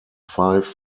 five